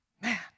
Man